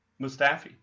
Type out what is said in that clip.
Mustafi